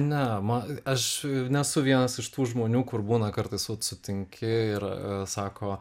ne man aš nesu vienas iš tų žmonių kur būna kartais sutinki ir sako